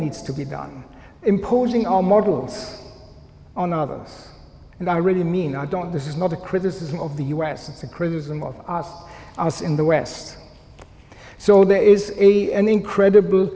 needs to be done imposing our models on of us and i really mean i don't this is not a criticism of the us it's a criticism of us in the west so there is an incredible